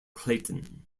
clayton